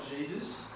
Jesus